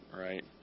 right